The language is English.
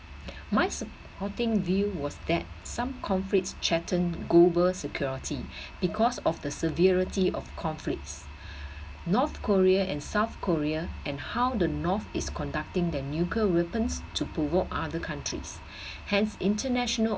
my supporting view was that some conflicts threaten global security because of the severity of conflicts north korea and south korea and how the north is conducting the nuclear weapons to provoke other countries hence international